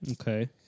Okay